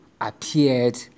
appeared